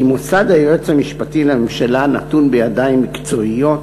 כי מוסד היועץ המשפטי לממשלה נתון בידיים המקצועיות,